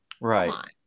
Right